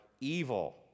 evil